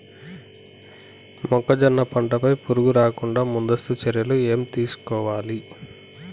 మొక్కజొన్న పంట పై పురుగు రాకుండా ముందస్తు చర్యలు ఏం తీసుకోవాలి?